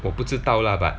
我不知道 lah but